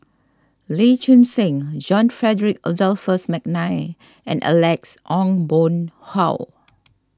Lee Choon Seng John Frederick Adolphus McNair and Alex Ong Boon Hau